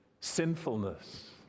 sinfulness